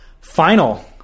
Final